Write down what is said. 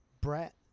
Brett